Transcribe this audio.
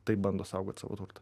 taip bando saugoi savo turtą